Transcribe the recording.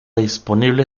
disponible